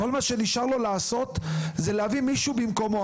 שנשאר לעשות זה להביא מישהו במקומו.